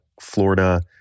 Florida